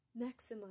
maximize